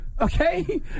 okay